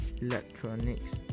electronics